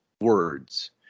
words